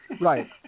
Right